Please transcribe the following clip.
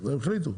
הם החליטו,